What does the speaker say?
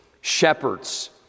shepherds